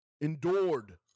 endured